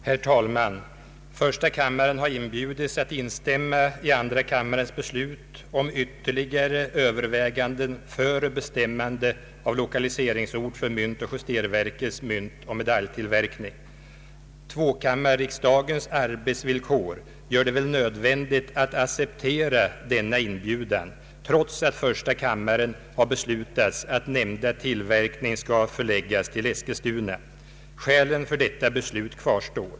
Herr talman! Första kammaren har inbjudits att instämma i andra kammarens beslut om ytterligare överväganden före bestämmande av lokaliseringsort för myntoch justeringsverkets myntoch medaljtillverkning. Tvåkammarriksdagens arbetsvillkor gör det väl nödvändigt att acceptera denna inbjudan, trots att första kammaren har beslutat att nämnda tillverkning skall förläggas till Eskilstuna. Skälen för detta beslut kvarstår.